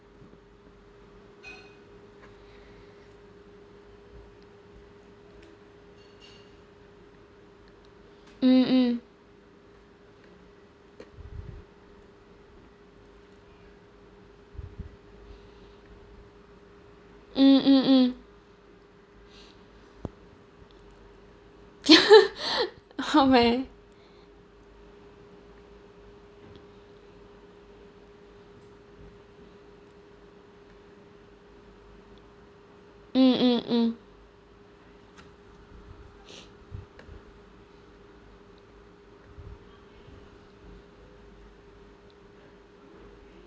mm mm mm mm mm oh my mm mm mm